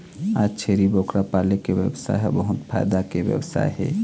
आज छेरी बोकरा पाले के बेवसाय ह बहुत फायदा के बेवसाय हे